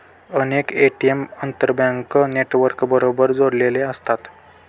अनेक ए.टी.एम आंतरबँक नेटवर्कबरोबर जोडलेले असतात